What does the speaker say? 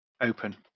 Open